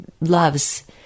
loves